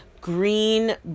green